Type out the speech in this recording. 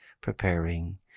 preparing